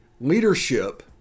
leadership